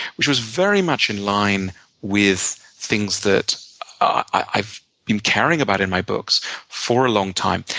which was very much in line with things that i've been caring about in my books for a long time.